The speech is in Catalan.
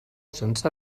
sense